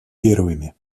первыми